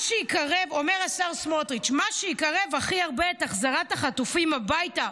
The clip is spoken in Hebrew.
אומר השר סמוטריץ': "מה שיקרב הכי הרבה את החזרת החטופים הביתה,